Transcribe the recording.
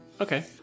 Okay